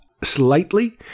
Slightly